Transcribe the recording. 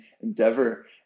endeavor